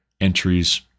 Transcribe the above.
entries